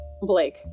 Blake